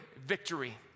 victory